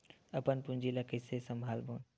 अपन पूंजी ला कइसे संभालबोन?